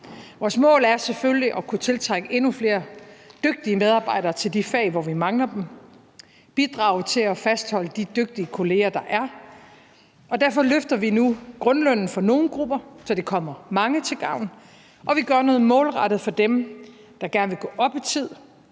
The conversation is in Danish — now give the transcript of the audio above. Vores mål er selvfølgelig at kunne tiltrække endnu flere dygtige medarbejdere til de fag, hvor vi mangler dem, og bidrage til at fastholde de dygtige kolleger, der er. Derfor løfter vi nu grundlønnen for nogle grupper, så det kommer mange til gavn. Vi gør noget målrettet for dem, der gerne vil gå op i tid,